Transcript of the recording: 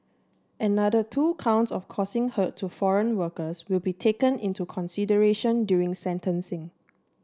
another two counts of causing hurt to foreign workers will be taken into consideration during sentencing